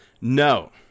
No